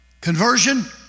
Conversion